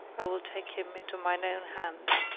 i will take him into mine own hand.